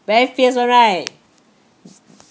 very fierce [one] right